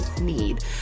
need